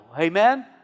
Amen